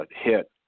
hit